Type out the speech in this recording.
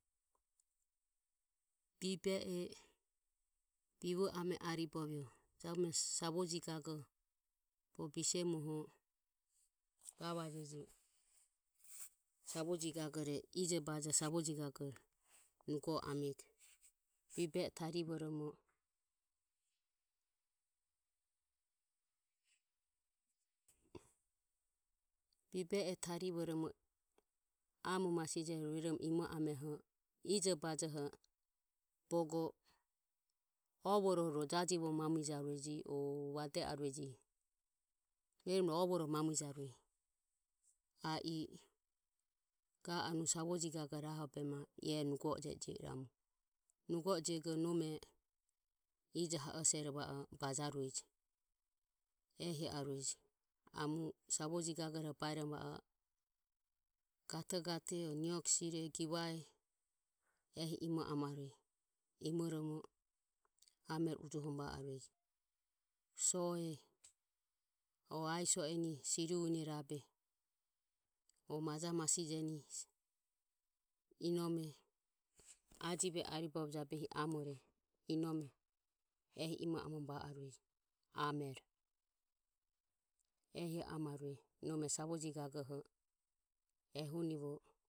Bibe e bivo ame ame e aribovioho jabume savoji gagoho bogo bisemuoho gavajeje savoji gagore ijobajoho savoji gagore nugo o amego bibe e tarivoromo bibe e tarivoromo amo masijoho rueromo imo ame oho ijobajoho bogo. Ovoroho ro jajivoromo mamuijarueje. O vade arueje o rueromo ovoroho mamuijarueje a i ga anue savoji gagore aho behe mae e nugo oje ejio iramu nugo ojego nome ijo ha osoro va o bajarueje ehi arueje. Amo savoji gagoroho baeromo va o gatogate o niogusire givae ehi imo amarueje. Imoromo amero ujuohoromo va arueje soe o asiso eni siri une rabe o maja masijeni inome ajive e aribovie jabehi amore inome imoromo va arueje amero ehi amarueje. Nome savoji gagoho ehunivo.